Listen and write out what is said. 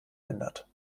ändert